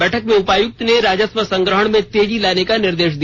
बैठक में उपायुक्त ने राजस्व संग्रहण में तेजी लाने का निर्देश दिया